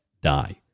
die